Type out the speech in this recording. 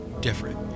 different